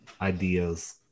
ideas